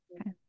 okay